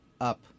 up